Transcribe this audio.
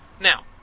Now